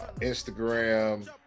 Instagram